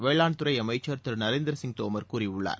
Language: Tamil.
வேளாண்துறை அமைச்சர் திரு நரேந்திர சிங் தோமர் கூறியுள்ளார்